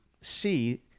see